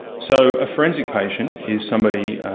so a forensic patient is somebody,